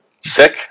sick